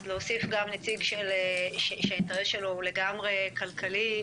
אז להוסיף גם נציג שהאינטרס שלו הוא לגמרי כלכלי,